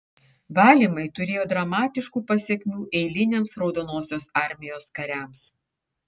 valymai turėjo dramatiškų pasekmių eiliniams raudonosios armijos kariams